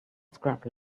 scrub